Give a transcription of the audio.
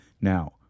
Now